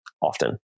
often